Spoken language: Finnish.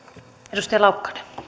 arvoisa rouva